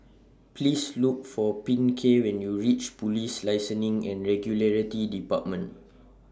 Please Look For Pinkney when YOU REACH Police Licensing and Regulatory department